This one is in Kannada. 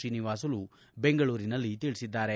ಶ್ರೀನಿವಾಸುಲು ಬೆಂಗಳೂರಿನಲ್ಲಿ ತಿಳಿಸಿದ್ದಾರೆ